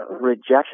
rejection